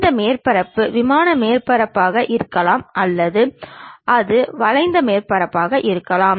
இந்த மேற்பரப்பு விமான மேற்பரப்பாக இருக்கலாம் அல்லது அது வளைந்த மேற்பரப்பாக இருக்கலாம்